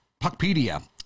Puckpedia